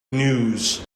news